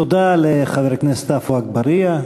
תודה לחבר הכנסת עפו אגבאריה,